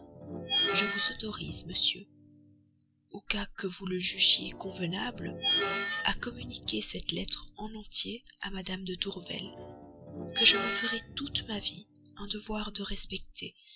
je vous autorise monsieur au cas que vous le jugiez convenable à communiquer cette lettre en entier à mme de tourvel que je me ferai toute ma vie un devoir de respecter